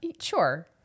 Sure